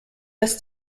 dass